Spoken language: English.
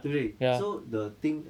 对不对 so the thing